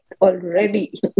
already